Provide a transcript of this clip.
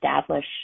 establish